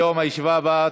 וביוב),